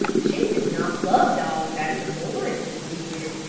she did not love dogs as the morrises did.